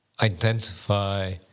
identify